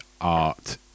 art